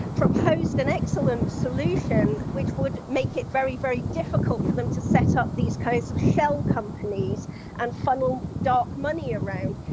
proposed an excellent solution, which would make it very, very difficult for them to set up these kinds of shell companies and funnel dark money around.